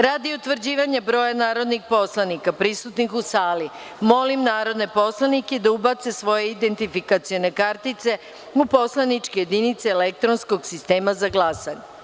Radi utvrđivanja broja narodnih poslanika prisutnih u sali, molim narodne poslanike da ubace svoje identifikacione kartice u poslaničke jedinice elektronskog sistema za glasanje.